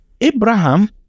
Abraham